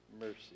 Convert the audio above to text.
mercy